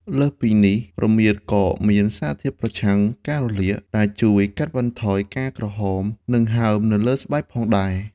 លើសពីនេះ រមៀតក៏មានសារធាតុប្រឆាំងការរលាក ដែលជួយកាត់បន្ថយការក្រហម និងហើមនៅលើស្បែកផងដែរ។